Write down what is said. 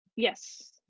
Yes